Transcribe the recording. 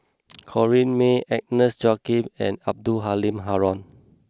Corrinne May Agnes Joaquim and Abdul Halim Haron